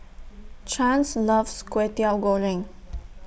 Chance loves Kway Teow Goreng